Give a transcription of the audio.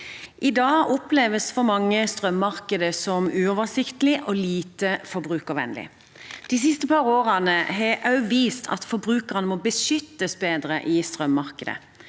I dag oppleves strømmarkedet for mange som uoversiktlig og lite forbrukervennlig. De siste par årene har også vist at forbrukerne må beskyttes bedre i strømmarkedet.